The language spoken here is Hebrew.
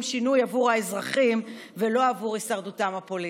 שינוי עבור האזרחים ולא עבור הישרדותם הפוליטית.